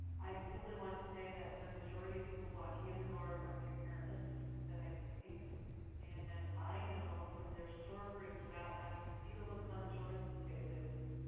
i simply want to say that the majority of people walking in the door are parents that i see and i know from their stories, without having to see the looks on the children's faces.